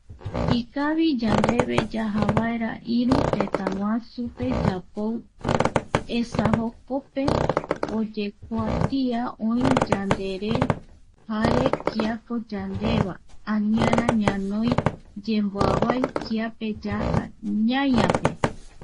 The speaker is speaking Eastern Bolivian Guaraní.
Ikavi yandeve yaja vaera iru tetaguasupe yapou, esa jokope oyekuatia oi yande re jare kiako yandeva, aniara ñanoi yemboavai kiape yaja ñai ape.